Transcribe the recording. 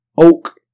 oak